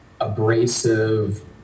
abrasive